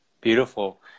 Beautiful